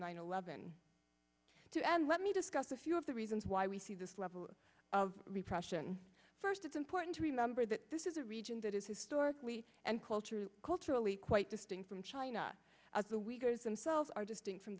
nine eleven two and let me discuss a few of the reasons why we see this level of repression first it's important to remember that this is a region that is historically and culturally culturally quite distinct from china as the weavers themselves are distinct from